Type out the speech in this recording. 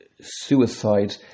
Suicide